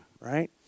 right